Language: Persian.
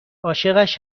عاشقش